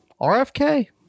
RFK